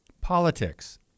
politics